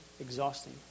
exhausting